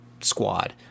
squad